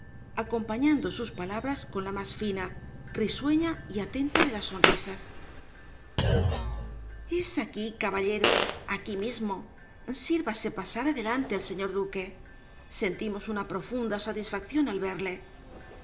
acompañando sus palabras con la más fina risueña y atenta de las sonrisas es aquí caballero aquí mismo sírvase pasar adelante el señor duque sentimos una profunda satisfacción al verle